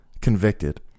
convicted